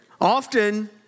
Often